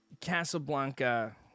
Casablanca